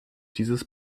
dieses